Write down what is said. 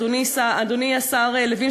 אדוני השר לוין,